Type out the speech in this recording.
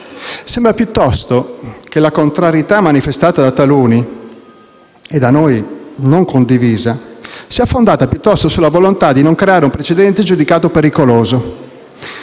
Sembra piuttosto che la contrarietà manifestata da taluni, e da noi non condivisa, sia fondata sulla volontà di non creare un precedente giudicato pericoloso.